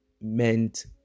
meant